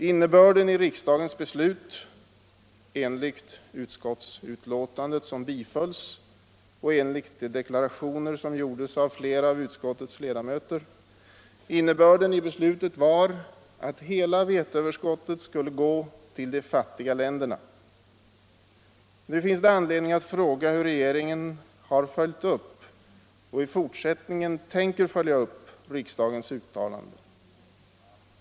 Innebörden i riksdagens beslut var enligt utskottets skrivning, som godtogs av riksdagen, och enligt deklarationer som gjordes av flera utskottsledamöter att hela veteöverskottet skulle gå till de fattiga länderna. Nu finns det anledning att fråga hur regeringen har följt upp och i fortsättningen tänker följa upp riksdagens uttalande.